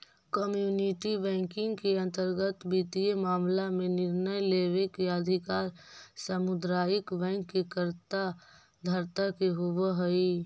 community banking के अंतर्गत वित्तीय मामला में निर्णय लेवे के अधिकार सामुदायिक बैंक के कर्ता धर्ता के होवऽ हइ